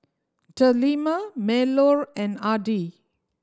Delima Melur and Adi